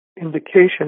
indication